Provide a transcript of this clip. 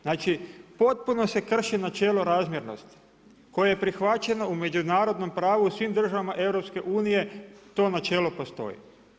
Znači potpuno se krši načelo razmjernosti koje je prihvaćeno u međunarodnom pravu u svim državama EU, to načelo postoji.